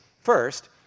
first